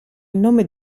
nome